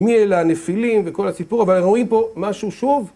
מי אלה הנפילים וכל הסיפור, אבל אנחנו רואים פה משהו שוב